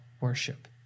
worship